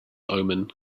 omen